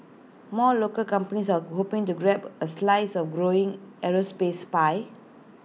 more local companies are hoping to grab A slice of growing aerospace pie